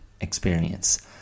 experience